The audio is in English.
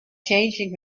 changing